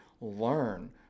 learn